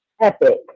epic